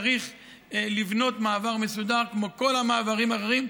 צריך לבנות מעבר מסודר, כמו כל המעברים האחרים.